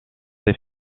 des